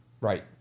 Right